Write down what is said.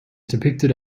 depicted